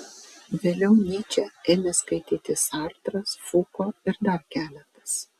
vėliau nyčę ėmė skaityti sartras fuko ir dar keletas